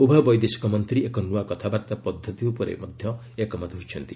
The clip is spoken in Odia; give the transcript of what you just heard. ଉଭୟ ବୈଦେଶିକ ମନ୍ତ୍ରୀ ଏକ ନ୍ନଆ କଥାବାର୍ତ୍ତା ପଦ୍ଧତି ଉପରେ ମଧ୍ୟ ଏକମତ ହୋଇଛନ୍ତି